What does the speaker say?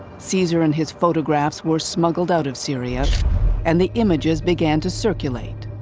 caesar and his photographs were smuggled out of syria and the images began to circulate.